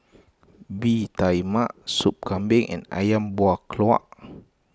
Bee Tai Mak Sup Kambing and Ayam Buah Keluak